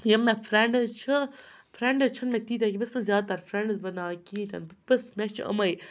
یِم مےٚ فرٛٮ۪نٛڈٕز چھِ فرٛٮ۪نٛڈٕز چھِنہٕ مےٚ تیٖتیٛاہ کینٛہہ بہٕ چھِس نہٕ زیادٕ تر فرٛٮ۪نٛڈٕز بَناوَن کِہیٖنۍ تہِ نہٕ بَس مےٚ چھِ یِمَے